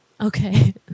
Okay